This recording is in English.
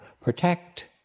protect